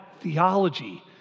theology